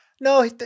No